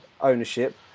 ownership